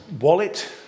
wallet